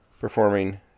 performing